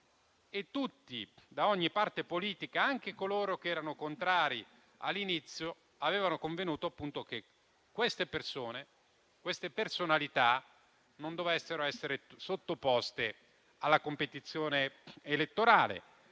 Tutti, da ogni parte politica, anche coloro che erano contrari all'inizio, avevano convenuto che quelle persone, quelle personalità non dovessero essere sottoposte alla competizione elettorale